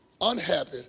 unhappy